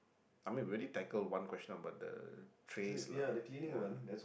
I mean we already tackled one question about the trace lah ya